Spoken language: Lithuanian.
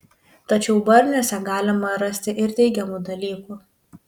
tačiau barniuose galima rasti ir teigiamų dalykų